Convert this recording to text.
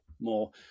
more